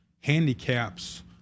handicaps